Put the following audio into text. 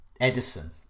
Edison